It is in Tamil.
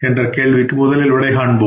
என்ற கேள்விக்கு விடை காண்போம்